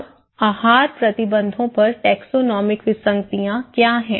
अब आहार प्रतिबंधों पर टैक्सोनोमिक विसंगतियाँ क्या हैं